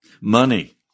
Money